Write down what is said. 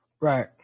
Right